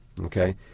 okay